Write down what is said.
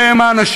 אלה הם האנשים,